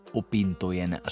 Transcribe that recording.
opintojen